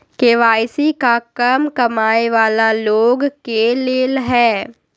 KYC का कम कमाये वाला लोग के लेल है?